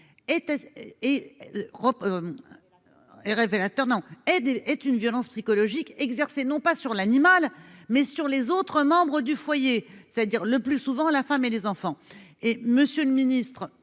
est une violence psychologique exercée, non pas sur l'animal mais sur les autres membres du foyer, c'est-à-dire le plus souvent la femme et les enfants et Monsieur le Ministre,